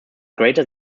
greater